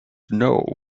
know